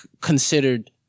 considered